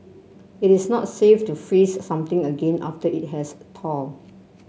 it is not safe to freeze something again after it has thawed